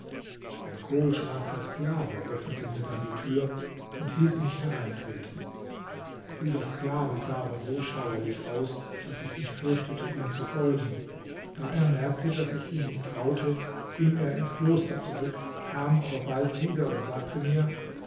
ein kohlschwarzer sklave öffnete mir dann die tür und hieß mich hereintreten dieser sklave sah aber so schauerlich aus daß ich mich fürchtete ihm zu folgen da er merkte daß ich ihm nicht traute ging er ins kloster zurück kam aber bald wieder und sagte mir